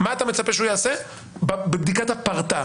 מה אתה מצפה שהוא יעשה בבדיקה רק של הפרטה?